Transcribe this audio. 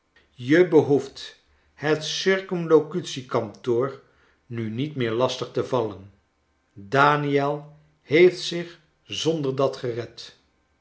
je behoeft het circumlocutiekantoor nu niet meer lastig te vallen daniel heeft zich zonder dat gered